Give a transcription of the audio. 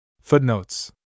Footnotes